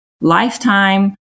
lifetime